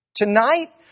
Tonight